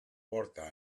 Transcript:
portà